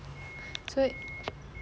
所以